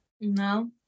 No